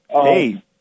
Hey